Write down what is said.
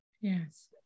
Yes